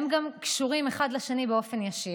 הם גם קשורים אחד לשני באופן ישיר.